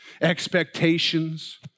expectations